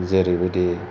जेरैबादि